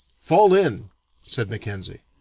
fall in said mackenzie.